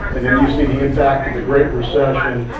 and then you see the impact of the great recession,